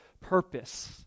purpose